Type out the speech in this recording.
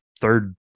third